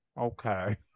Okay